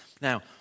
Now